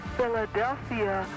Philadelphia